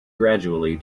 gradually